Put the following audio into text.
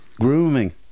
Grooming